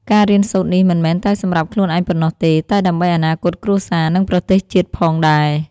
ការរៀនសូត្រនេះមិនមែនតែសម្រាប់ខ្លួនឯងប៉ុណ្ណោះទេ តែដើម្បីអនាគតគ្រួសារ និងប្រទេសជាតិផងដែរ។